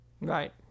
Right